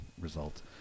result